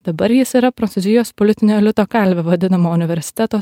dabar jis yra prancūzijos politinio elito kalve vadinamo universiteto